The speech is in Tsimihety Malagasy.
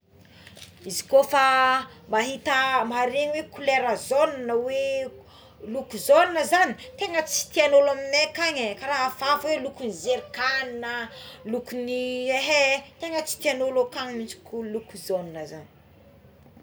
Izy kôfa mahita mahare oe kolera jaune hoe loko jaune zagny tegna tsy tiagn'olo agnay akagny e ka raha afahafa lokon'ny zerikanina loko ny ehehe tegna tsy tiagn'olo akagny mihitsy ko loko jaune zagny.